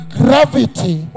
gravity